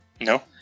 No